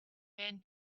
men